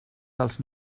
dels